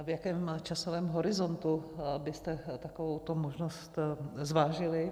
V jakém časovém horizontu byste takovouto možnost zvážili?